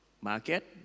market